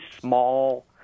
small